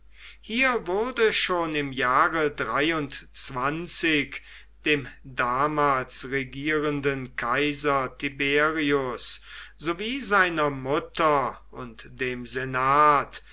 hier wurde schon im jahre dem damals regierenden kaiser tiberius sowie seiner mutter und dem senat